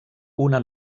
una